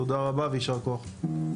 תודה רבה ויישר כוח.